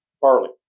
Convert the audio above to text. barley